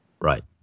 Right